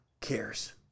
cares